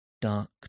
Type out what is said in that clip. dark